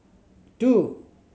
two